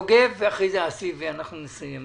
יוגב, אחריו אסי, ואחר כך אני אסכם.